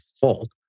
fault